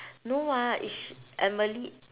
no what is she emily